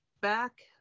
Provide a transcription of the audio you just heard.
back